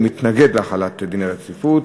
הוא מתנגד להחלת דין הרציפות.